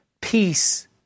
peace